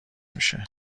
میشه